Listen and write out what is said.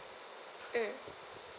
mm